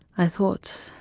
i thought,